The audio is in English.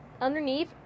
underneath